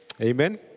Amen